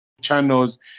channels